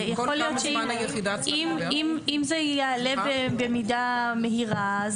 אם זה יעלה במידה מהירה,